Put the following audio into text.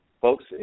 Folks